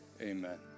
Amen